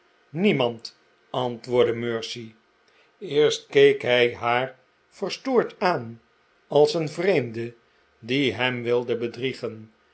niemand antwoordde mercy eerst keek hij haar verstoord aan als een vreemde die hem wilde bedriegen